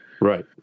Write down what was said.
right